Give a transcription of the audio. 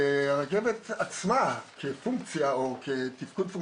והרכבת עצמה כפונקציה או כתפקוד,